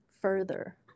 further